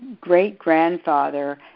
great-grandfather